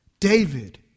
David